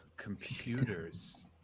Computers